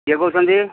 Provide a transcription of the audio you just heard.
କିଏ କହୁଛନ୍ତି